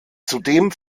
zudem